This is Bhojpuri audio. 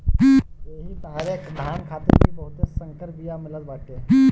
एही तरहे धान खातिर भी बहुते संकर बिया मिलत बाटे